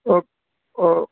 ഓ ഓ